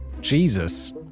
Jesus